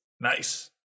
Nice